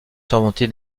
surmontée